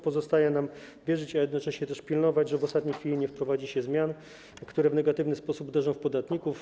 Pozostaje nam wierzyć - a jednocześnie też tego pilnować - że w ostatniej chwili nie wprowadzi się zmian, które w negatywny sposób uderzą w podatników.